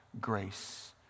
grace